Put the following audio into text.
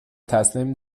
تسلیم